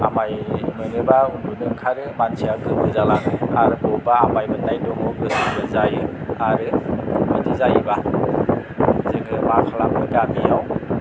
आमाय मोनोबा उन्दुनो ओंखारो मानसिया गोमो जालाङो आरो बबेबा आमाय मोननाय दङ गोसोमबो जायो आरो बिदि जुदि जायोबा जोङो मा खालामो दा बेयाव